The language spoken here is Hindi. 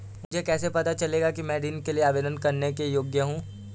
मुझे कैसे पता चलेगा कि मैं ऋण के लिए आवेदन करने के योग्य हूँ?